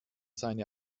seine